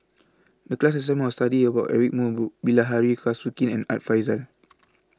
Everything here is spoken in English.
The class assignment was to study about Eric Moo Bilahari Kausikan and Art Fazil